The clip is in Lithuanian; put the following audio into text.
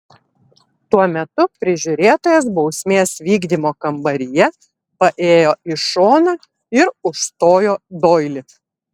tuo metu prižiūrėtojas bausmės vykdymo kambaryje paėjo į šoną ir užstojo doilį